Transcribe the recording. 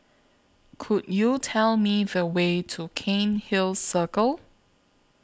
Could YOU Tell Me The Way to Cairnhill Circle